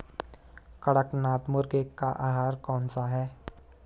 कड़कनाथ मुर्गे का आहार कौन सा है?